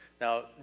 Now